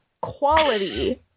quality